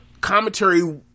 commentary